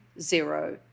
zero